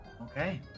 Okay